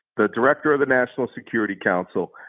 the director of the national security council,